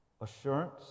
Assurance